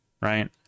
right